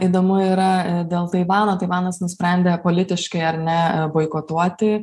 įdomu yra dėl taivano taivanas nusprendė politiškai ar ne boikotuoti